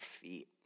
feet